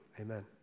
amen